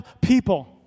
people